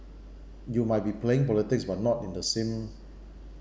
you might be playing politics but not in the same